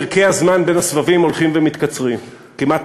פרקי הזמן בין הסבבים הולכים ומתקצרים: כמעט